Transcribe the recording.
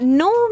no